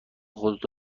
خودتو